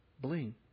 bling